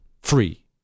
free